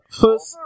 first